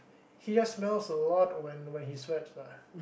he just smells a lot when when he sweats lah